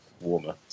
warmer